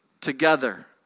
together